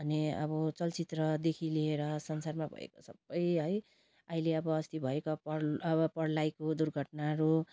अनि अब चलचित्रदेखि लिएर संसारमा भएको सबै है अहिले अब अस्ति भएका पर अब प्रलयको दुर्घटनाहरू